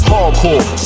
Hardcore